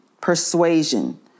Persuasion